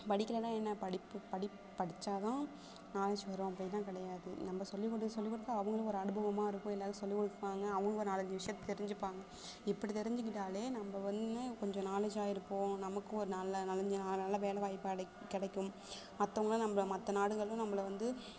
படிக்கலன்னா என்ன படிப்பு படிப் படிச்சால்தான் நாலேஜு வரும் அப்படில்லாம் கிடையாது நம்ப சொல்லி கொடுக்க சொல்லி கொடுக்க அவங்களும் ஒரு அனுபவமாக இருக்கும் எல்லாருக்கும் சொல்லி கொடுப்பாங்க அவங்க நாலஞ்சு விஷியத்தை தெரிஞ்சிப்பாங்க இப்படி தெரிஞ்சிக்கிட்டாலே நம்ப வந்து கொஞ்சம் நாலேஜ்ஜாக இருப்போம் நமக்கும் ஒரு நல்ல நாலஞ்சு நால நல்ல வேலை வாய்ப்பு கிடை கிடைக்கும் மற்றவுங்களும் நம்பளை மற்ற நாடுகளும் நம்பளை வந்து